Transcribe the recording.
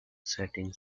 setting